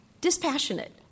dispassionate